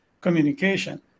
communication